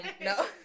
No